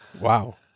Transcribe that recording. Wow